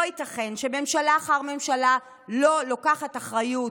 לא ייתכן שממשלה אחר ממשלה לא לוקחת אחריות.